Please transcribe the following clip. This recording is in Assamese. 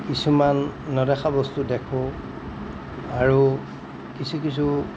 কিছুমান নেদেখা বস্তু দেখোঁ আৰু কিছু কিছু